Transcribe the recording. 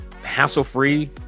hassle-free